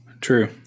True